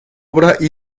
obra